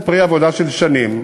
זה פרי עבודה של שנים,